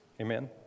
amen